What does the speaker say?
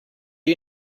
you